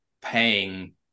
paying